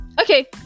Okay